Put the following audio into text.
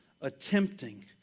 attempting